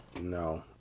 no